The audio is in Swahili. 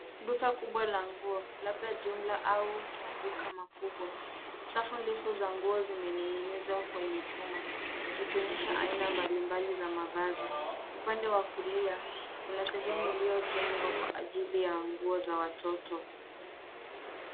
Duka kubwa la nguo labda jumla au maduka makubwa. Safu ndefu za nguo zimening'inizwa kwenye chuma zikionyesha aina mbalimbali za mavazi. Upande wa kulia kuna sehemu iliyotengwa kwa ajili ya nguo za watoto.